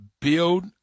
Build